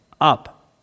up